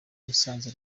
musanze